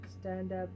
stand-up